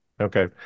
Okay